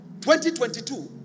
2022